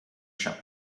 shut